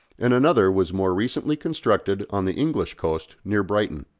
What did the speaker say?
and another was more recently constructed on the english coast near brighton.